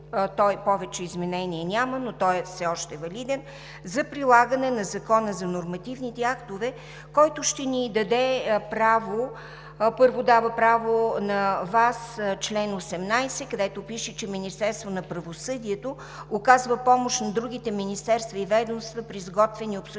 той повече изменения няма, но все още е валиден, за прилагане на Закона за нормативните актове. Първо, дава право на Вас – чл. 18, където пише, че „Министерството на правосъдието указва помощ на другите министерства и ведомства при изготвяне и обсъждане